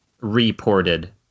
Reported